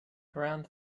around